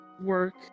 work